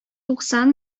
туксан